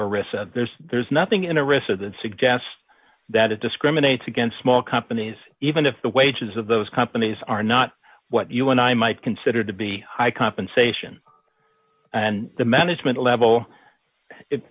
of there's there's nothing in a risk of that suggests that it discriminates against small companies even if the wages of those companies are not what you want i might consider to be high compensation and the management level i